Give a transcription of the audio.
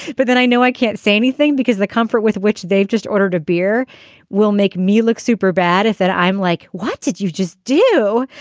but then i know i can't say anything because the comfort with which they've just ordered a beer will make me look super bad. if that i'm like, what did you just do?